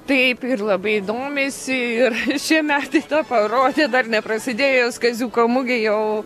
taip ir labai domisi ir šie metai tą parodė dar neprasidėjus kaziuko mugei jau